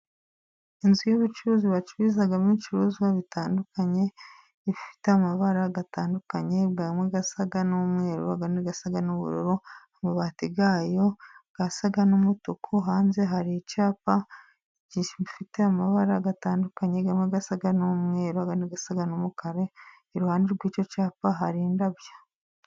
inzu y'ubucuruzi bacururizamo ibicuruzwa bitandukanye, bifite amabara atandukanye:amwe asa n'umweru, ayandi asa n'ubururu, amabati yayo asa n'umutuku, hanze hari icyapa gifite amabara atandukanye:amwe asa n'umweru, ayandi asa n'umukara, iruhande rw'icyo cyapa hari indabyo.